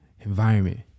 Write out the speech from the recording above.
environment